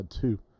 two